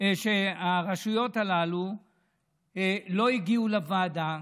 שהרשויות הללו לא הגיעו לוועדה,